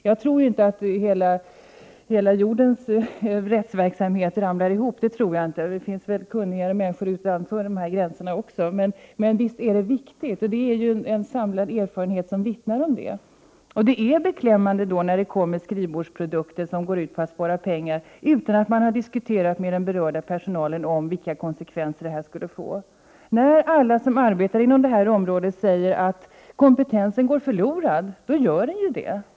Jag tror inte att rättsverksamheten i vår värld ramlar samman utan den —det finns väl kunniga människor också utanför våra gränser — men visst är den viktig, och en samlad erfarenhet vittnar om detta. Det är beklämmande när det kommer skrivbordsprodukter som går ut på att det skall sparas pengar, utan att man har diskuterat med den berörda personalen vilka konsekvenser det skulle få. När alla som arbetar inom det här området säger att kompetensen går förlorad, är det en riktig bedömning.